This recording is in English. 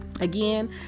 Again